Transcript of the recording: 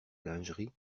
lingerie